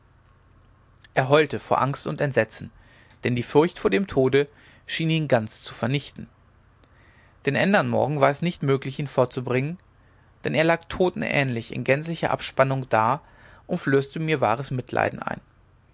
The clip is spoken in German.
er heulte vor angst und entsetzen denn die furcht vor dem tode schien ihn ganz zu vernichten den ändern morgen war es nicht möglich ihn fortzubringen denn er lag totenähnlich in gänzlicher abspannung da und flößte mir wahres mitleiden ein